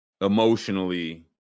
Emotionally